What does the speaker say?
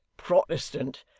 protestant,